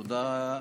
תודה.